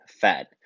fat